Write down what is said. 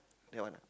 that one ah